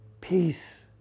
peace